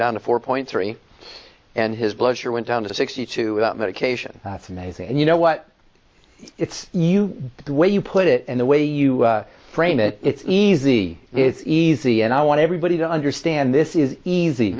down to four point three and his blood sugar went down to sixty two without medication that's amazing and you know what it's you the way you put it and the way you frame it it's easy it's easy and i want everybody to understand this is easy